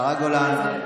השרה גולן.